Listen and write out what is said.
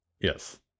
Yes